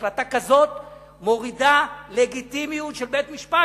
החלטה כזאת מורידה לגיטימיות של בית-משפט,